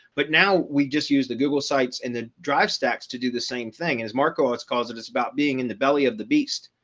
but now we just use the google sites and the drive stacks to do the same thing and as marco it's called it it's about being in the belly of the beast.